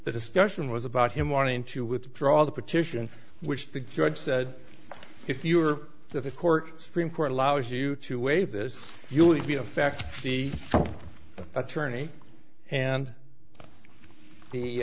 the discussion was about him wanting to withdraw the petition which the judge said if you were the court supreme court allows you to waive this you would be a fact the attorney and the